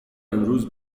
امروز